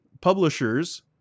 Publishers